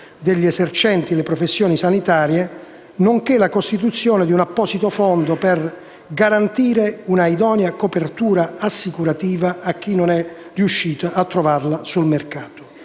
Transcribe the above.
degli esercenti le professioni sanitarie, nonché la costituzione di un apposito fondo per garantire un'idonea copertura assicurativa a chi non fosse riuscito a trovarla sul mercato.